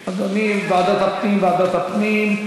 אדוני, ועדת הפנים.